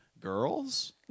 girls